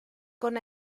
con